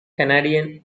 canadian